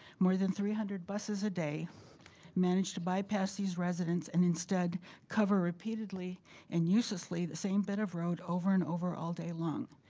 more than three hundred buses a day manage to bypass these residents, and instead cover repeatedly and uselessly the same bit of road over and over, all day long.